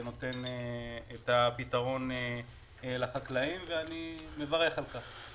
זה נותן פתרון לחקלאים ואני מברך על כך.